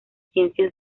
ciencias